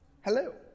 hello